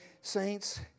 Saints